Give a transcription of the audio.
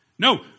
No